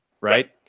right